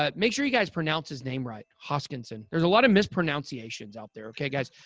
ah make sure you guys pronounce his name right hoskinson. there's a lot of mispronunciations out there. okay, guys?